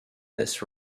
this